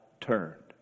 turned